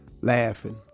laughing